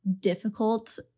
difficult